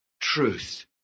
truth